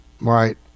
Right